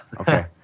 Okay